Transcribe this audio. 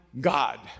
God